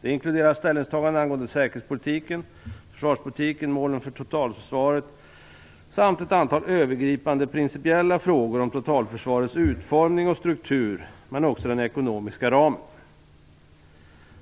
Det inkluderar ställningstaganden angående säkerhetspolitiken och försvarspolitiken, målen för totalförsvaret samt ett antal övergripande principiella frågor om totalförsvarets utformning och struktur men också den ekonomiska ramen.